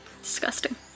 Disgusting